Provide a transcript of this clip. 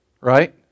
Right